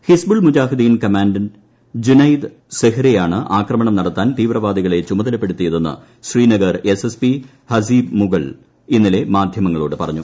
Hizbul Mujahideen commander Junaid സെഹ്രെയാണ് ആക്രമണം നടത്താൻ തീവ്രവാദികളെ ചുമതലപ്പെടുത്തിയതെന്ന് ശ്രീനഗർ എസ്എസ്പി ഹസീബ്മുഗൾ ഇന്നലെ മാധ്യമങ്ങളോട് പറഞ്ഞു